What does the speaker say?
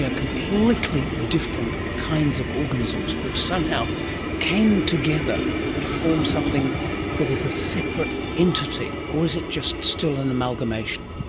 ah completely different kinds of organisms which somehow came together to form something that is a separate entity, or is it just still an amalgamation?